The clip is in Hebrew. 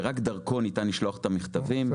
שרק דרכו ניתן לשלוח את המכתבים.